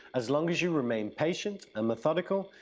as long as you remain patient and methodical,